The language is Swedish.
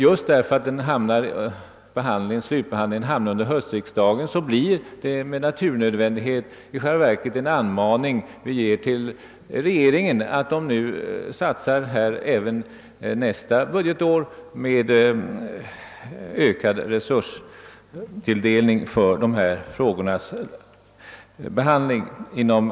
Just därför att den kommit att slutbehandlas under höstriksdagen, kommer hemställan med naturnödvändighet att innehålla en uppmaning till regeringen att även nästa budgetår anslå ökade resurser till arbetsmarknadsorganen för en lösning av dessa frågor.